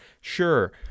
sure